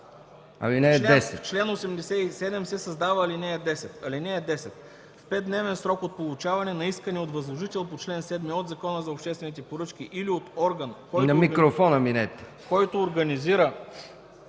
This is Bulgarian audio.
ал. 10: „(10) В 5-дневен срок от получаване на искане от възложител по чл. 7 от Закона за обществените поръчки или от орган, който организира